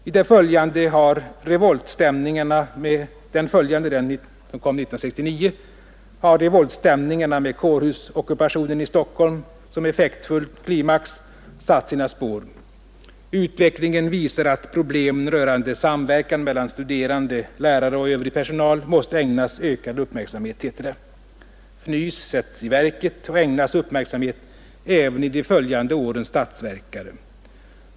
I det följande — den statsverksproposition som kom 1969 — har revoltstämningarna med kårhusockupationen i Stockholm som effektfull klimax satt sina spår: Utvecklingen visar att problemen rörande samverkan mellan studerande, lärare och övrig personal måste ägnas ökad uppmärksamhet, heter det. FNYS sätts i verket och ägnas uppmärksamhet även i de följande årens ”statsverkare”.